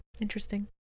interesting